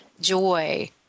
joy